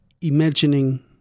imagining